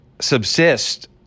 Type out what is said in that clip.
subsist